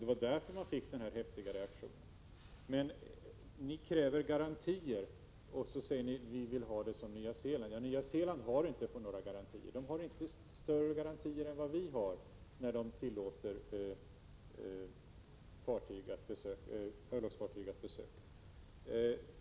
Det var därför som reaktionen blev så häftig. Ni kräver garantier, och så säger ni att ni vill ha det som på Nya Zeeland. Men Nya Zeeland har inte några garantier. Landet har inte mer garantier än vad vi har när man tillåter örlogsfartyg att besöka landet.